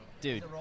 Dude